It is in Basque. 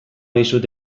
dizut